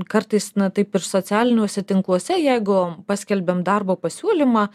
kartais na taip ir socialiniuose tinkluose jeigu paskelbiam darbo pasiūlymą